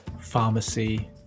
pharmacy